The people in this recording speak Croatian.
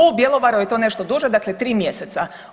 U Bjelovaru je to nešto duže, dakle 3 mjeseca.